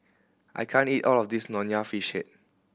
I can't eat all of this Nonya Fish Head